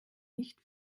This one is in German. nicht